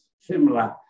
similar